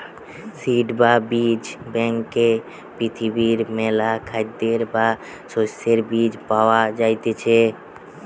seed বা বীজ ব্যাংকে পৃথিবীর মেলা খাদ্যের বা শস্যের বীজ পায়া যাইতিছে